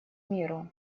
миру